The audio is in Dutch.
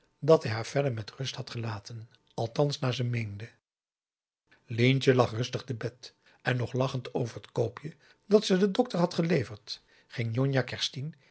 dat hij haar verder met rust had gelaten althans naar ze meende lientje lag rustig te bed en nog lachend over het koopje dat ze den dokter had geleverd ging njonjah kerstien